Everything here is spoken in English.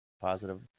Positive